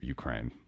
Ukraine